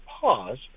pause